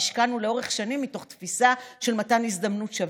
שהשקענו בהן לאורך השנים מתוך תפיסה של מתן הזדמנות שווה?